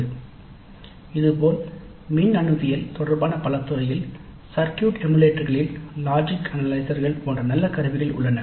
" இதேபோல் மின்னணுவியல் தொடர்பான பல துறையில் சர்க்யூட் எமுலேட்டர்களில் லாஜிக் அனலைசர்கள் போன்ற நல்ல கருவிகள் உள்ளன